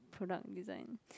product design